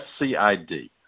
SCID